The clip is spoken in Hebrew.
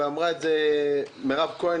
ואמרה את זה גם מירב כהן,